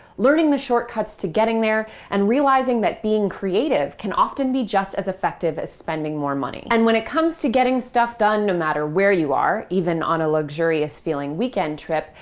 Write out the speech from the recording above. learning the shortcuts to getting there, and realizing that being creative can often be just as effective as spending more money. and when it comes to getting stuff done no matter where you are, even on a luxurious feeling weekend trip,